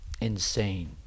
Insane